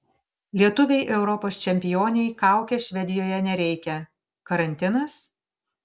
lietuvei europos čempionei kaukės švedijoje nereikia karantinas